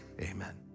Amen